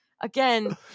Again